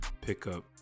pickup